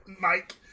Mike